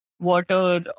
Water